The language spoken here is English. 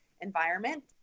environment